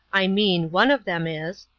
i mean, one of them is.